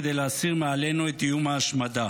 כדי להסיר מעלינו את איום ההשמדה.